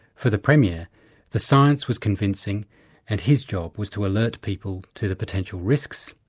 for the premier the science was convincing and his job was to alert people to the potential risks,